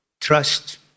trust